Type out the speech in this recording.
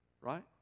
Right